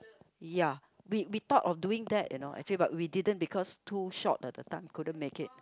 ya we we thought of doing that you know actually but we didn't because too short the the time we couldn't make it